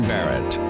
Barrett